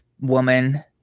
woman